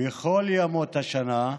בכל ימות השנה,